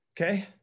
Okay